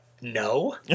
no